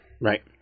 Right